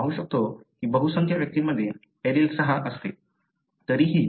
आपण पाहू शकतो की बहुसंख्य व्यक्तींमध्ये एलील 6 असते